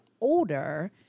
older